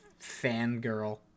fangirl